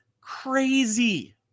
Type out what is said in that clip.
Crazy